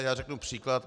Já řeknu příklad.